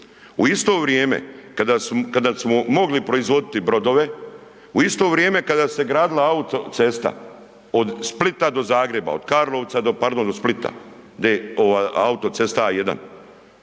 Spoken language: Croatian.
U to vrijeme kada smo mogli proizvoditi brodove, u isto vrijeme kada se gradila autocesta od Splita do Zagreba, od Karlovca do pardon, do Splita, D, ova autocesta A1,